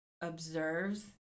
observes